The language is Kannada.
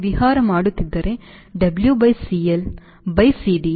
ನಾನು ವಿಹಾರ ಮಾಡುತ್ತಿದ್ದರೆ W by CL by CD